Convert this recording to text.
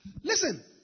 Listen